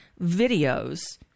videos